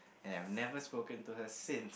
and I've never spoken to her since